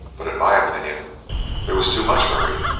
but in my opinion there was too much hurry,